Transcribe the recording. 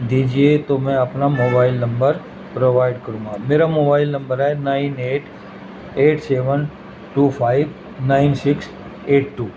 دیجیے تو میں اپنا موبائل نمبر پرووائڈ کروں گا میرا موبائل نمبر ہے nine eight eight seven two five nine six eight to